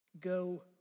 go